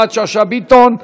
יפעת שאשא ביטון,